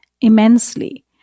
immensely